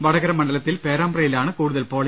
വടകര മണ്ഡലത്തിൽ പേരാമ്പ്രയിലാണ് കൂടുതൽ പോളിംഗ്